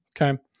Okay